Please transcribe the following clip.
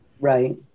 Right